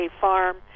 farm